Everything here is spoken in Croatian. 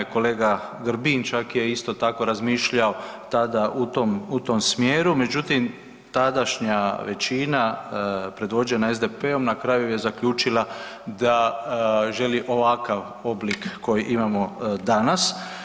Kolega Grbin je isto tako razmišljao tada u tom smjeru, međutim tadašnja većina predvođena SDP-om na kraju je zaključila da želi ovakav oblik koji imamo danas.